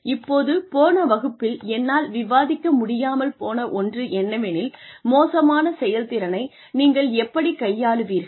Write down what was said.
இப்போது போன வகுப்பில் என்னால் விவாதிக்க முடியாமல் போன ஒன்று என்னவெனில் மோசமான செயல்திறனை நீங்கள் எப்படிக் கையாளுவீர்கள்